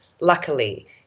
luckily